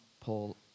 Paul